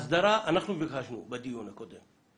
את ההסדרה אנחנו ביקשנו בדיון הקודם.